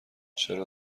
چرا